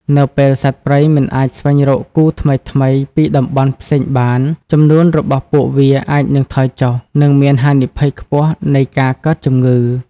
នៅពេលសត្វព្រៃមិនអាចស្វែងរកគូថ្មីៗពីតំបន់ផ្សេងបាន ចំនួនរបស់ពួកវាអាចនឹងថយចុះ និងមានហានិភ័យខ្ពស់នៃការកើតជំងឺ។